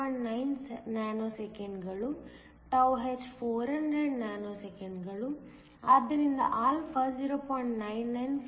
9 ನ್ಯಾನೋಸೆಕೆಂಡ್ಗಳು h 400 ನ್ಯಾನೋಸೆಕೆಂಡ್ಗಳು ಆದ್ದರಿಂದ α 0